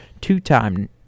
two-time